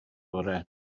orau